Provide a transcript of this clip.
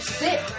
sit